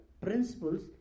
principles